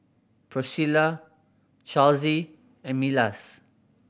Pricilla Charlsie and Milas